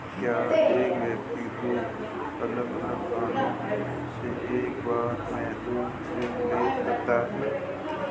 क्या एक व्यक्ति दो अलग अलग कारणों से एक बार में दो ऋण ले सकता है?